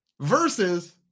versus